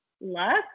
luck